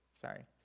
sorry